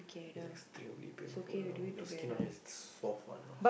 it's extremely painful you know your skin down here is soft one know